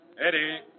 Eddie